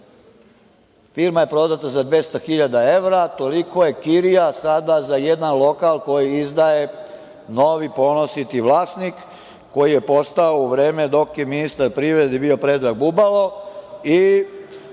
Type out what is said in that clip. firma je prodata za 200.000 evra, koliko je kirija sada za jedan lokal koji izdaje novi ponositi vlasnik koji je postao u vreme dok je ministar privrede bio Predrag Bubalo i